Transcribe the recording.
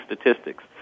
statistics